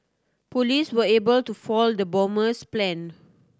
police were able to foil the bomber's plan